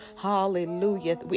hallelujah